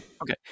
Okay